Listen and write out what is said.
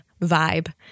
vibe